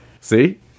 see